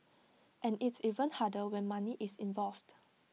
and it's even harder when money is involved